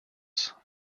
efforts